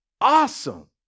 awesome